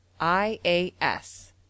IAS